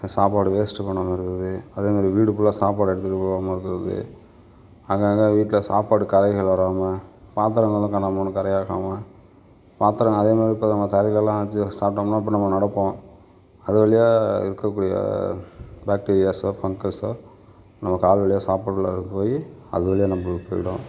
அந்த சாப்பாடு வேஸ்ட் பண்ணாமல் இருக்கிறது அதே மாதிரி வீடு ஃபுல்லாக சாப்பாடு எடுத்துகிட்டு போகாம இருக்கிறது அங்கங்க வீட்டில் சாப்பாடு கறைகள் வராமல் பாத்திரங்கள் எதும் கன்னாப்பின்னான்னு கறையாகாமல் பாத்திரம் அதே மாதிரி இப்போ நம்ம தரையிலல்லாம் வச்சு சாப்ட்டோம்னா இப்போ நம்ம நடப்போம் அது வழியாக இருக்கக்கூடிய பாக்டீரியாஸோ ஃபங்கஸோ நம்ம கால் வழியாக சாப்பாடு உள்ளாற போய் அது வழியாக நம்மளுக்கு போய்டும்